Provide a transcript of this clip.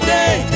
day